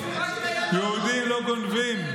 יהודים לא גונבים.